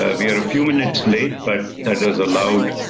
ah we are a few minutes late but that is allowed,